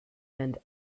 and